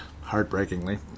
heartbreakingly